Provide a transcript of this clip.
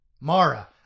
Mara